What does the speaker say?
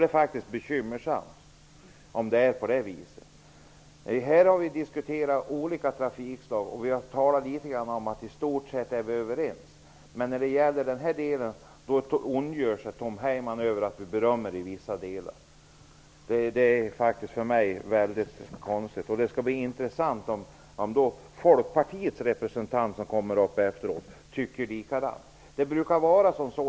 Det är bekymmersamt om det är så. Vi har här diskuterat olika trafikslag. Vi har talat om att vi i stort sett är överens. Men Tom Heyman ondgör sig över att vi berömmer vissa delar. Jag tycker att det är mycket konstigt. Det skall bli intressant att se om Folkpartiets representant, som snart skall tala, tycker likadant.